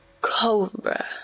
Cobra